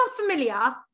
familiar